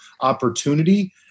opportunity